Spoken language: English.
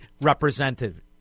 representative